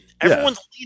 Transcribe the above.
everyone's